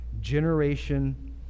generation